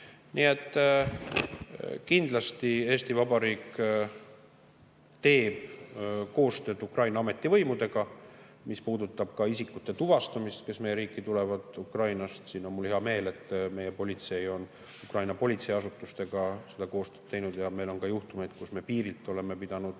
Nii et kindlasti Eesti Vabariik teeb koostööd Ukraina ametivõimudega, mis puudutab ka nende isikute tuvastamist, kes meie riiki tulevad Ukrainast. Mul on hea meel, et meie politsei on Ukraina politseiasutustega koostööd teinud. Ja meil on olnud ka juhtumeid, et me piirilt oleme pidanud